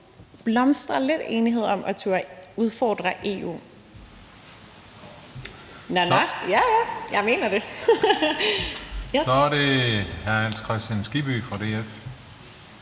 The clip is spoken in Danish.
blomstre lidt enighed om at turde udfordre EU.